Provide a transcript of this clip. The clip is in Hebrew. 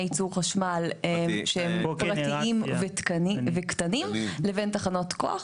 ייצור חשמל שהם פרטיים וקטנים לבין תחנות כוח.